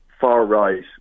far-right